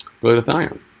glutathione